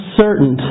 certain